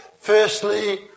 firstly